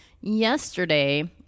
yesterday